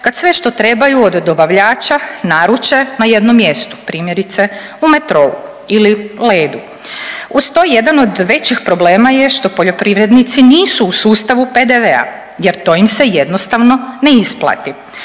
kad sve što trebaju od dobavljača naruče na jednom mjestu, primjerice u „Metrou“ ili „Ledu“. Uz to jedan od većih problema je što poljoprivrednici nisu u sustavu PDV-a jer to im se jednostavno ne isplati.